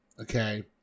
okay